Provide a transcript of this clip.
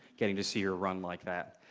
getting to see her run like that.